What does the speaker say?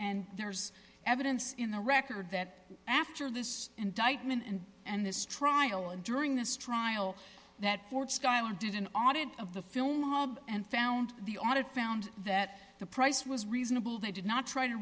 and there's evidence in the record that after this indictment and and this trial and during this trial that for schuyler did an audit of the film and found the audit found that the price was reasonable they did not try to